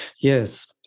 Yes